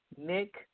Nick